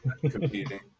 competing